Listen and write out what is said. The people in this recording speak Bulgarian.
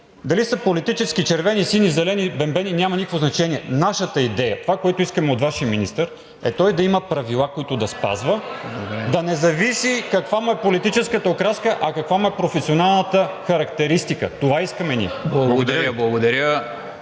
дали са политически червени, сини, зелени, пембени няма никакво значение. Нашата идея – това, което искаме от Вашия министър, е той да има правила, които да спазва (реплики от „БСП за България“), да не зависи каква му е политическата окраска, а каква му е професионалната характеристика – това искаме ние. Благодаря Ви.